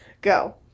Go